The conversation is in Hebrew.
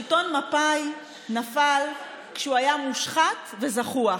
שלטון מפא"י נפל כשהוא היה מושחת וזחוח,